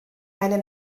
eine